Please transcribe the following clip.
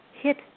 hit